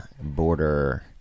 border